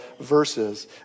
verses